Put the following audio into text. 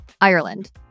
Ireland